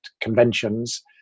conventions